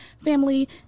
family